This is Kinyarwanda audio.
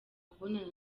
kubonana